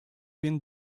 been